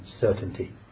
certainty